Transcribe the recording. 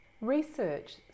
Research